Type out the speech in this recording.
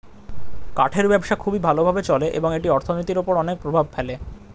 কাঠের ব্যবসা খুবই ভালো ভাবে চলে এবং এটি অর্থনীতির উপর অনেক প্রভাব ফেলে